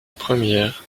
première